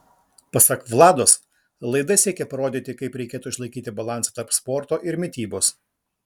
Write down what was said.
pasak vlados laida siekia parodyti kaip reikėtų išlaikyti balansą tarp sporto ir mitybos